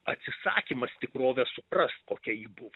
atsisakymas tikrovę suprast kokia ji buvo